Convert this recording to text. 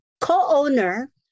co-owner